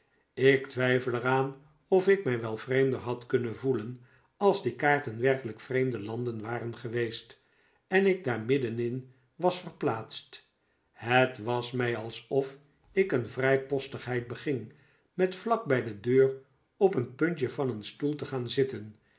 ik twijfel er aan of ik mij wel vreemder had kunnen voelen als die kaarten werkelijk vreemde landen waren geweest en ik daar middenin was verplaatst het was mij alsof ik een vrijpostigheid beging met vlak bij de deur op een puntje van een stoel te gaan zitten